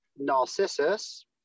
Narcissus